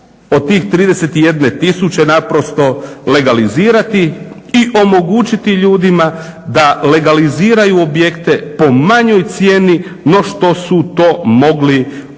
od tih 31 tisuće naprosto legalizirati i omogućiti ljudima da legaliziraju objekte po manjoj cijeni no što su to mogli legalni